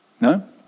No